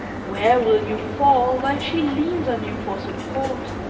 where will you fall while she leans on you for support?